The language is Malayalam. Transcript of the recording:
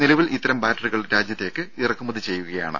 നിലവിൽ ഇത്തരം ബാറ്ററികൾ രാജ്യത്തേക്ക് ഇറക്കുമതി ചെയ്യുകയാണ്